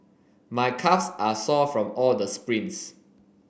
my calves are sore from all the sprints